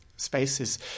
Spaces